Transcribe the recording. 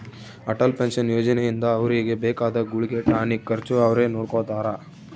Atal pension ಯೋಜನೆ ಇಂದ ಅವ್ರಿಗೆ ಬೇಕಾದ ಗುಳ್ಗೆ ಟಾನಿಕ್ ಖರ್ಚು ಅವ್ರೆ ನೊಡ್ಕೊತಾರ